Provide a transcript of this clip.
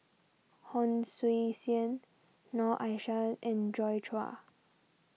Hon Sui Sen Noor Aishah and Joi Chua